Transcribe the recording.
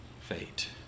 fate